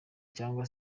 cyangwa